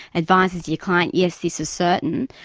advises your client yes, this is certain,